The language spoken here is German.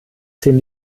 zehn